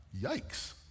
Yikes